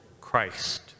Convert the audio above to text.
Christ